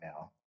now